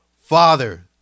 Father